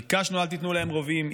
ביקשנו: אל תיתנו להם רובים,